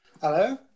Hello